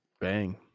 Bang